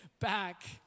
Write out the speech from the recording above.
back